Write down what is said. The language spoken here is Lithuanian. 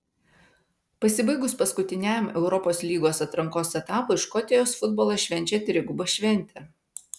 pasibaigus paskutiniajam europos lygos atrankos etapui škotijos futbolas švenčia trigubą šventę